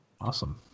Awesome